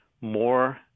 more